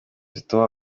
zituma